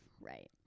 right